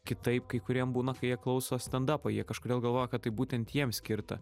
kitaip kai kuriem būna kai jie klauso stendapo jie kažkodėl galvoja kad tai būtent jiem skirta